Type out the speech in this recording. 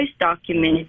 documented